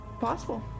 Possible